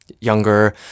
younger